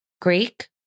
Greek